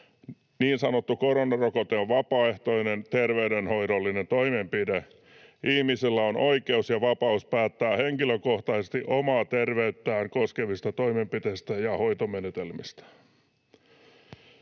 Niin sanottu koronarokote on vapaaehtoinen terveydenhoidollinen toimenpide. Ihmisellä on oikeus ja vapaus päättää henkilökohtaisesti omaa terveyttään koskevista toimenpiteistä ja hoitomenetelmistä.